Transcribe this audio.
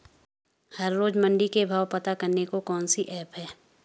हर रोज़ मंडी के भाव पता करने को कौन सी ऐप है?